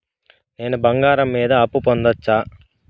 నేను బంగారం మీద అప్పు పొందొచ్చా?